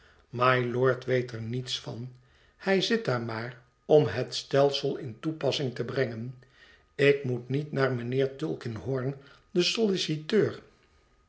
mylord weet er niets van hij zit daar maar om het stelsel in toepassing te brengen ik moet niet naar mijnheer tulkinghorn den solliciteur